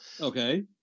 Okay